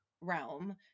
realm